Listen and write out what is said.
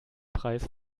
preis